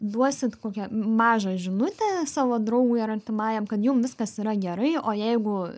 duosit kokią mažą žinutę savo draugui ar artimajam kad jum viskas yra gerai o jeigu